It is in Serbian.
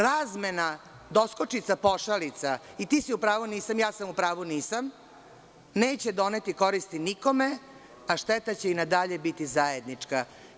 Razmena doskočica, pošalica –ti si u pravu, nisam, ja sam u pravu, nisam, neće doneti koristi nikome, a šteta će i na dalje biti zajednička.